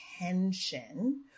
attention